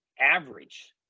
average